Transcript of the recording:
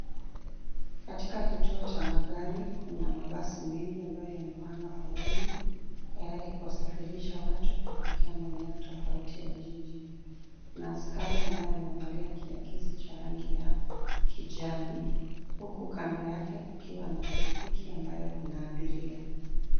Katika kituo cha magari kuna mabasi mengi ambayo yamepanga foleni, tayari kuwasafirisha watu kuelekea maeneo tofauti ya jiji. Kuna askari ambaye amevalia kiakisi cha rangi ya kijani, huku kando yake kukiwa na pikipiki ambayo ina abiria.